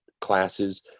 classes